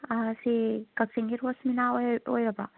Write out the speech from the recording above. ꯁꯤ ꯀꯛꯆꯤꯡꯒꯤ ꯔꯣꯁꯃꯤꯅꯥ ꯑꯣꯏꯔꯕ